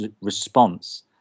response